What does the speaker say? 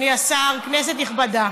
אדוני השר, כנסת נכבדה,